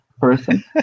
person